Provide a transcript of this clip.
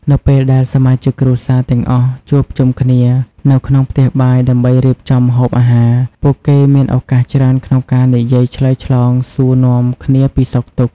នៅពេលដែលសមាជិកគ្រួសារទាំងអស់ជួបជុំគ្នានៅក្នុងផ្ទះបាយដើម្បីរៀបចំម្ហូបអាហារ ពួកគេមានឱកាសច្រើនក្នុងការនិយាយឆ្លងឆ្លើយសួរនាំគ្នាពីសុខទុក្ខ ។